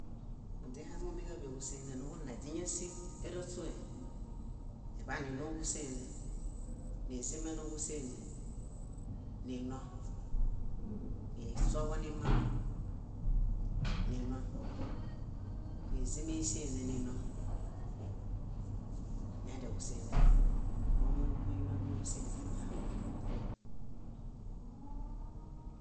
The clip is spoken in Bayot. . Moźihaŋumiġaɭo kúsenźe nuġuɭaĩ, źíñasileraśue, źíḃaninoġusenźe, nízimenoġusenźe, nino, nisuoġo nimamo, nino, nizimẽ ísenźe nino, ñádiaġusenźe nuġuɭaĩ. Momomuindomi níġusenźe nuñahaŋu númuhuy.